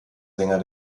sänger